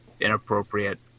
inappropriate